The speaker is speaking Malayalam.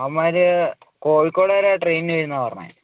അവന്മാർ കോഴിക്കോട് വരെ ട്രെയിനിൽ വരുമെന്നാണ് പറഞ്ഞത്